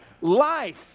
Life